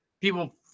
people